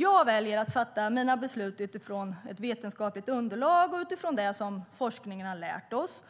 Jag väljer att fatta mina beslut utifrån ett vetenskapligt underlag och utifrån det som forskningen har lärt oss.